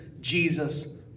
Jesus